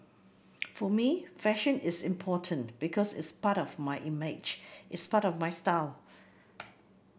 for me fashion is important because it's part of my image it's part of my style